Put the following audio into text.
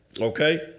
Okay